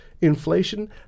Inflation